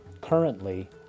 Currently